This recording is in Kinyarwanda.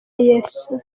yesu